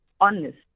honest